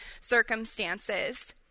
circumstances